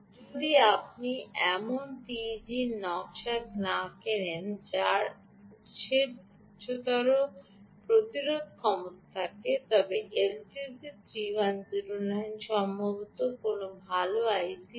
যদি আপনি এমন টিইজি কেনা শেষ করেন যার উত্সের উচ্চতর প্রতিরোধ ক্ষমতা থাকে তবে এলটিসি 3109 সম্ভবত কোনও ভাল আইসি নয়